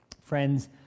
Friends